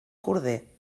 corder